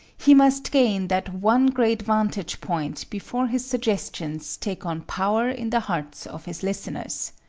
he must gain that one great vantage point before his suggestions take on power in the hearts of his listeners.